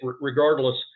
Regardless